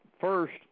First